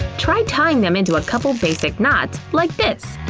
try tying them into a couple basic knots like this!